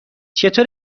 چطور